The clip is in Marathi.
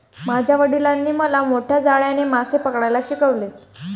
माझ्या वडिलांनी मला मोठ्या जाळ्याने मासे पकडायला शिकवले